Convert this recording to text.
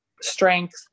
strength